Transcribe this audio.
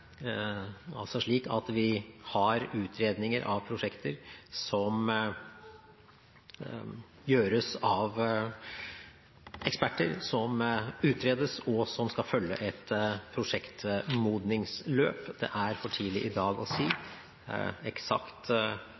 altså slik at vi har utredninger av prosjekter som gjøres av eksperter, som utredes og som skal følge et prosjektmodningsløp. Det er for tidlig i dag å si eksakt